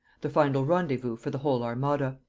the final rendezvous for the whole armada.